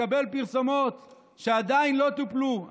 מקבל פרסומות שעדיין לא טופלו,